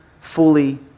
fully